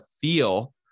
feel